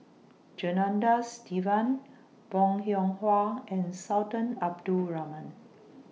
Janadas Devan Bong Hiong Hwa and Sultan Abdul Rahman